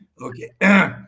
Okay